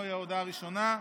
זוהי ההודעה הראשונה.